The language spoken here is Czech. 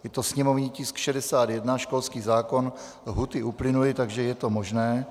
Je to sněmovní tisk 61, školský zákon, lhůty uplynuly, takže je to možné.